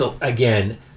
Again